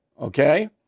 okay